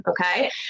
Okay